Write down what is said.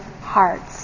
hearts